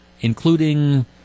including